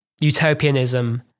utopianism